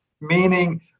meaning